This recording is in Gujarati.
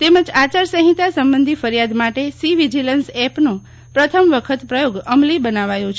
તેમજ આયાર સંહિતા સંબંધી ફરીયાદ માટે સીવીજીલન્સ એપનો પ્રથમ વખત પ્રયોગ અમલી બનાવાયો છે